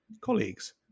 colleagues